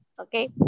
okay